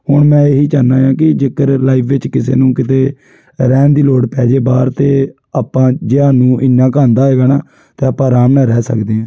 ਹੁਣ ਮੈਂ ਇਹੀ ਚਾਹੁੰਦਾ ਹਾਂ ਕਿ ਜੇਕਰ ਲਾਈਫ਼ ਵਿੱਚ ਕਿਸੇ ਨੂੰ ਕਿਤੇ ਰਹਿਣ ਦੀ ਲੋੜ ਪੈ ਜੇ ਬਾਹਰ ਤਾਂ ਆਪਾਂ ਜੇ ਸਾਨੂੰ ਇੰਨਾ ਕੁ ਆਉਂਦਾ ਹੋਏਗਾ ਨਾ ਤਾਂ ਆਪਾਂ ਅਰਾਮ ਨਾਲ ਰਹਿ ਸਕਦੇ ਹਾਂ